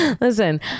Listen